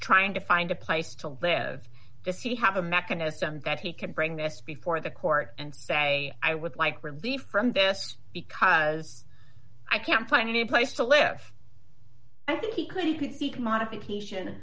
trying to find a place to live does he have a mechanism that he could bring this before the court and say i would like relief from this because i can't find a place to live i think he could he could speak a modification